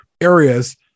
areas